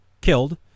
killed